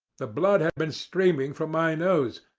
the blood had been streaming from my nose,